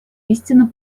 истина